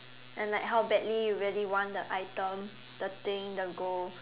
and like how badly you really want the item the thing the goal